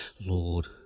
Lord